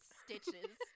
stitches